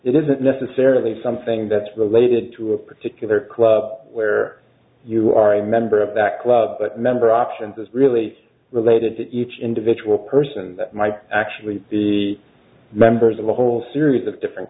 it isn't necessarily something that's the latest to a particular club where you are a member of that club but member options is really related to each individual person that might actually be members of the whole series of different